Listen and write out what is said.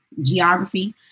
geography